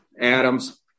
Adams